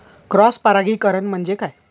Cross परागीकरण म्हणजे काय?